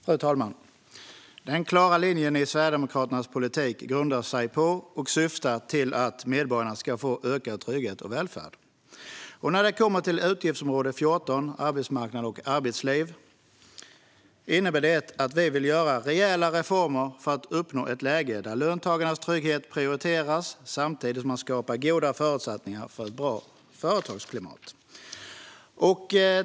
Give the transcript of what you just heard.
Fru talman! Den klara linjen i Sverigedemokraternas politik grundar sig på och syftar till att medborgarna ska få ökad trygghet och välfärd. När det kommer till utgiftsområde 14 Arbetsmarknad och arbetsliv innebär det att vi vill göra rejäla reformer för att uppnå ett läge där löntagarnas trygghet prioriteras samtidigt som man skapar goda förutsättningar för ett bra företagsklimat.